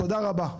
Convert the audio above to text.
תודה רבה.